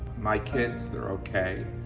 my kids, they're okay.